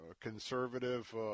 conservative